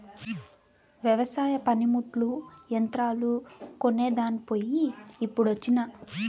వెవసాయ పనిముట్లు, యంత్రాలు కొనేదాన్ పోయి ఇప్పుడొచ్చినా